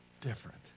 different